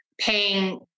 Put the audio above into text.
paying